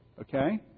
Okay